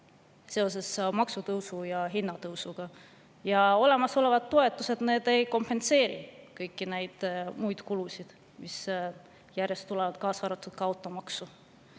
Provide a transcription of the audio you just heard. seoses maksutõusude ja hinnatõusudega. Olemasolevad toetused ei kompenseeri kõiki neid muid kulusid, mis järjest tulevad, kaasa arvatud automaksu.